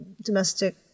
domestic